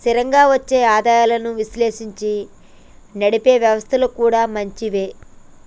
స్థిరంగా వచ్చే ఆదాయాలను విశ్లేషించి నడిపే వ్యవస్థలు కూడా మంచివే